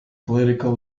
political